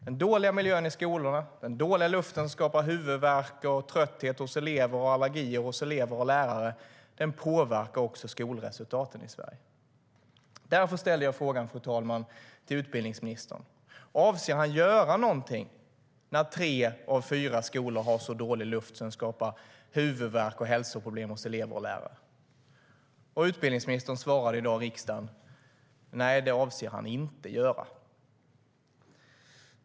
Den dåliga miljön i skolorna och den dåliga luften - som skapar huvudvärk, trötthet och allergier hos elever och lärare - påverkar alltså skolresultaten i Sverige. Därför, fru talman, ställde jag frågan till utbildningsministern om han avser att göra någonting när tre av fyra skolor har så dålig luft att den skapar huvudvärk och hälsoproblem hos elever och lärare. Utbildningsministern svarade i dag riksdagen att nej, det avser han inte att göra.